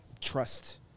trust